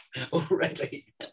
already